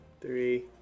three